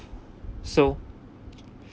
so